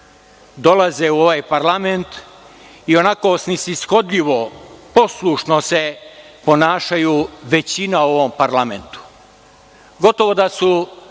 dolaze u ovaj parlament i onako snishodljivo, poslušno se ponašaju većina u ovom parlamentu,